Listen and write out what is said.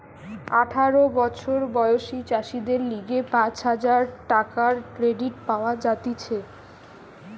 আঠারো বছর বয়সী চাষীদের লিগে পাঁচ হাজার টাকার ক্রেডিট পাওয়া যাতিছে